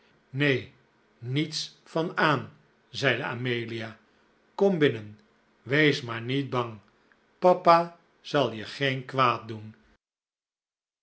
nee niets van aan zeide amelia kom binnen wees maar niet bang papa zal je geen kwaad doen